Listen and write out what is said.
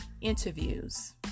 interviews